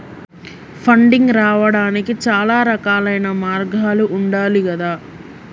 funding రావడానికి చాలా రకాలైన మార్గాలు ఉండాలి గదా